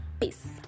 Peace